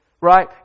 Right